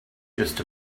just